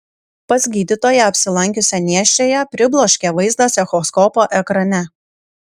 pas gydytoją apsilankiusią nėščiąją pribloškė vaizdas echoskopo ekrane